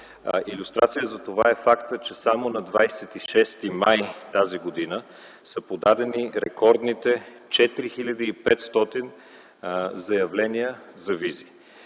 Илюстрация за това е фактът, че само на 26 май т.г. са подадени рекордните 4500 заявления за визи.